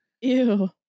Ew